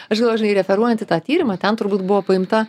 aš galvoju žinai referuojant į tą tyrimą ten turbūt buvo paimta